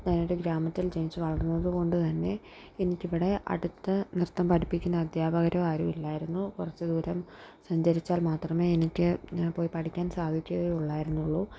ഞാനൊരു ഗ്രാമത്തിൽ ജനിച്ചു വളർന്നതുകൊണ്ട് തന്നെ എനിക്കിവിടെ അടുത്ത് നൃത്തം പഠിപ്പിക്കുന്ന അധ്യാപകരോ ആരുമില്ലായിരുന്നു കുറച്ചു ദൂരം സഞ്ചരിച്ചാൽ മാത്രമേ എനിക്ക് പോയി പഠിക്കാൻ സാധിക്കുകയുള്ളായിരുന്നുള്ളൂ